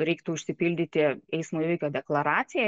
reiktų užsipildyti eismo įvykio deklaraciją